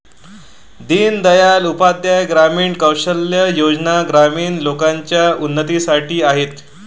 दीन दयाल उपाध्याय ग्रामीण कौशल्या योजना ग्रामीण लोकांच्या उन्नतीसाठी आहेत